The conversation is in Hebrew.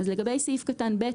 לגבי סעיף קטן (ב).